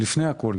לפני הכל.